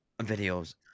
videos